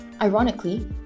Ironically